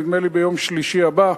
נדמה לי ביום שלישי הבא.